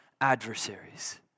adversaries